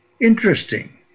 interesting